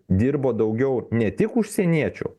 dirbo daugiau ne tik užsieniečių